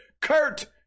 kurt